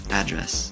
address